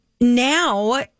now